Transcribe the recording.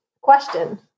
question